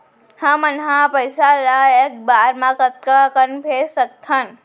हमन ह पइसा ला एक बार मा कतका कन भेज सकथन?